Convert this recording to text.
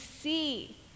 see